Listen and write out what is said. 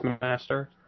master